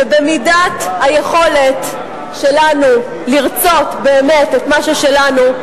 שבמידת היכולת שלנו לרצות באמת את מה ששלנו,